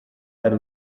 hari